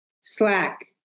Slack